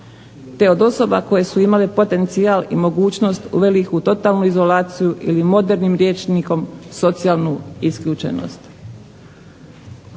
te od osoba koje su imale potencijal i mogućnost uveli ih u totalnu izolaciju ili modernim rječnikom socijalnu isključenost.